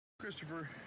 Christopher